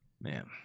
man